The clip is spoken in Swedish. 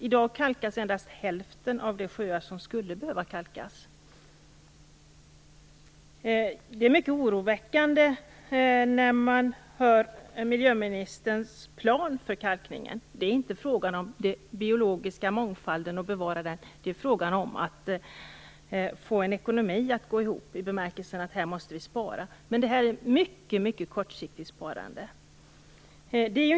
I dag kalkas endast hälften av de sjöar som skulle behöva kalkas. Det är mycket oroväckande att höra miljöministerns plan för kalkningen. Det är inte frågan om den biologiska mångfalden och dess bevarande; det är frågan om att få ekonomin att gå ihop i bemärkelsen att vi måste spara. Det är ett mycket kortsiktigt sparande.